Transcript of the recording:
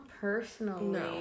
personally